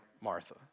Martha